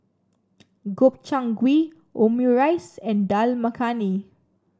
Gobchang Gui Omurice and Dal Makhani